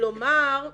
כלומר,